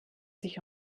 sich